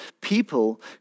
people